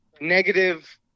negative